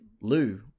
Lou